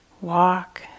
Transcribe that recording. walk